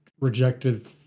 rejected